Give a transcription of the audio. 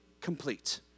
complete